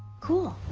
cool.